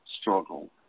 struggle